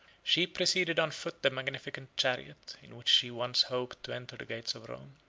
she preceded on foot the magnificent chariot, in which she once hoped to enter the gates of rome.